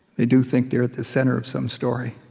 they do think they're at the center of some story,